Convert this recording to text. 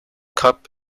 cup